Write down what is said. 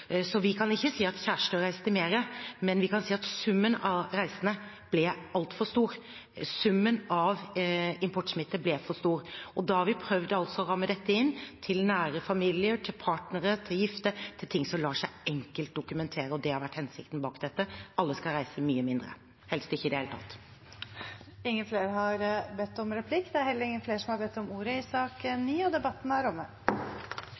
Vi kan ikke si at kjærester reiste mer, men vi kan si at summen av reisende ble altfor stor. Summen av importsmitte ble for stor. Da har vi prøvd å ramme dette inn til nær familie, til partnere, til gifte, til ting som lar seg enkelt dokumentere. Det har vært hensikten bak dette. Alle skal reise mye mindre, helst ikke i det hele tatt. Flere har ikke bedt om